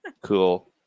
cool